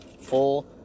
full